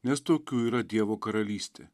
nes tokių yra dievo karalystė